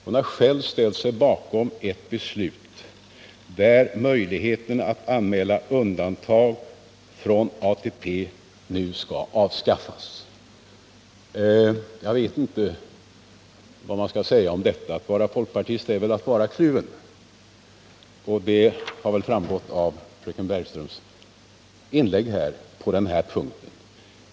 Hon har själv ställt sig bakom ett beslut där möjligheten att anmäla undantag från ATP nu skall avskaffas. Jag vet inte vad man skall säga om detta — att vara folkpartist är väl att vara kluven, vilket också framgått av fröken Bergströms inlägg på denna punkt.